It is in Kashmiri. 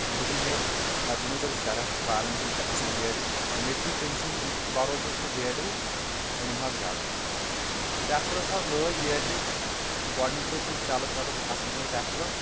دوٚپُن ہے اتھ دمے ژےٚ بہٕ شیٚے رٮ۪تھ وارنٹی یہِ چھِ اصل بیٹری مےٚ تہِ تُج تٔمۍ سٕنٛدِس بروسس پٮ۪ٹھ بیٹری أنم حظ گرٕ ٹریٚکٹرس حظ لٲج بیٹری گۄڈنیک دۄہہ تُل سیلف ویٚلف اصل پٲٹھۍ ٹریٚکٹرن